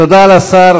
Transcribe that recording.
תודה לשר.